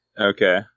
Okay